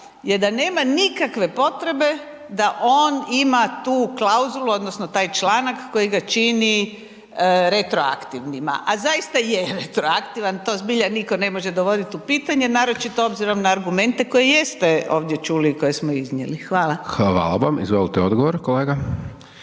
je da nema nikakve potrebe da on ima tu klauzulu odnosno taj članak koji ga čini retroaktivnima, a zaista je retroaktivan, to zbilja niko ne može dovodit u pitanje, naročito obzirom na argumente koje jeste ovdje čuli, koje smo iznijeli. Hvala. **Hajdaš Dončić, Siniša